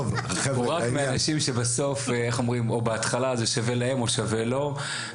רק מאנשים שבסוף או בהתחלה זה שווה להם או שווה לו,